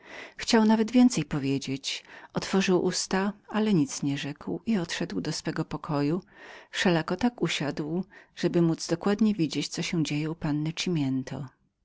chciał nawet więcej powiedzieć otworzył usta ale nic nie rzekł i odszedł do swego pokoju wszelako tak siadał żeby mógł dokładnie widzieć co się działo u panny